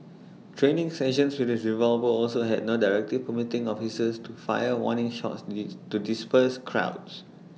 training sessions with his revolver also had no directive permitting officers to fire warning shots the to disperse crowds